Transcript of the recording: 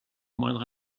moindre